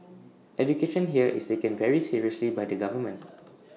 education here is taken very seriously by the government